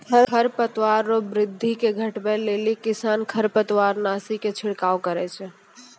खरपतवार रो वृद्धि के घटबै लेली किसान खरपतवारनाशी के छिड़काव करै छै